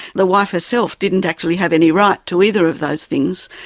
the wife herself didn't actually have any right to either of those things,